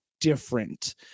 different